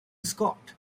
scott